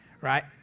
right